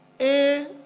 A-